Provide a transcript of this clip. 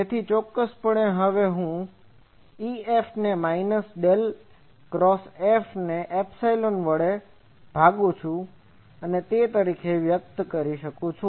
તેથી ચોક્કસપણે હવે હું EF 1 ∇F EF ને માઈનસ ડેલ ક્રોસ F ને Epsilon વડે ભાગવું તરીકે વ્યક્ત કરી શકું છું